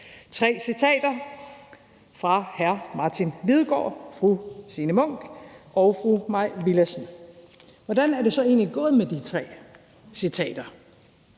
Tre citater fra hr. Martin Lidegaard, fru Signe Munk og fru Mai Villadsen. Hvordan er det så egentlig gået med de tre citater?